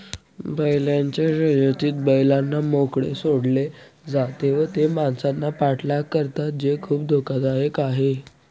बैलांच्या शर्यतीत बैलांना मोकळे सोडले जाते व ते माणसांचा पाठलाग करतात जे खूप धोकादायक आहे